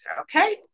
okay